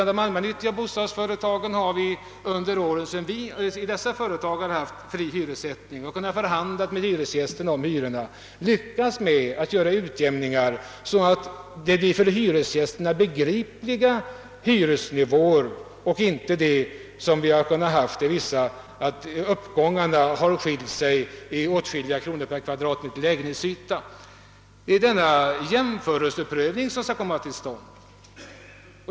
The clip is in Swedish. De allmännyttiga bostadsföretagen har under de år dessa företag haft fri hyressättning och kunnat förhandla med hyresgästerna om hyran lyckats få till stånd utjämningar så att skillnaden i hyra baseras på för hyresgästerna begripliga skillnader. Tidigare har hyran per kvadratmeter kunnat vara åtskilligt högre i den ena uppgången inom samma hus än i den andra. Det är denna jämförelseprövning som skall göras.